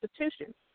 institutions